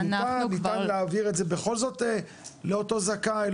ניתן להעביר את זה בכל זאת לאותו זכאי,